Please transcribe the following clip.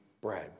bread